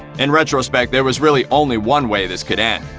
in retrospect, there was really only one way this could end.